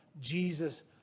Jesus